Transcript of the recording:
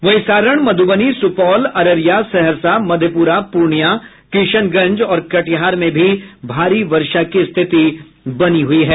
वहीं सारण मधुबनी सुपौल अररिया सहरसा मधेपुरा पूर्णिया किशनगंज और कटिहार में भी भारी वर्षा की स्थिति बनी हुई है